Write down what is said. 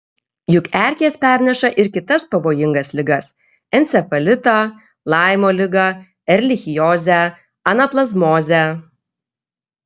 juk erkės perneša ir kitas pavojingas ligas encefalitą laimo ligą erlichiozę anaplazmozę